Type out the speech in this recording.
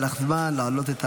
לך זמן להעלות.